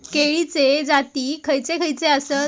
केळीचे जाती खयचे खयचे आसत?